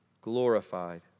glorified